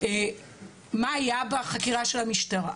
מה היה בחקירה של המשטרה.